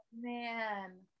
man